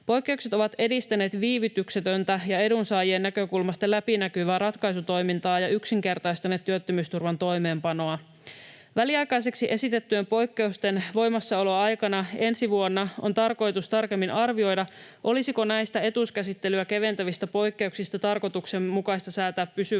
Poikkeukset ovat edistäneet viivytyksetöntä ja edunsaajien näkökulmasta läpinäkyvää ratkaisutoimintaa ja yksinkertaistaneet työttömyysturvan toimeenpanoa. Väliaikaiseksi esitettyjen poikkeusten voimassaoloaikana ensi vuonna on tarkoitus tarkemmin arvioida, olisiko näistä etuuskäsittelyä keventävistä poikkeuksista tarkoituksenmukaista säätää